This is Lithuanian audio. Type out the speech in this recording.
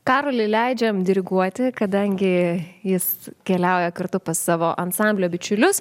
karoli leidžiam diriguoti kadangi jis keliauja kartu pas savo ansamblio bičiulius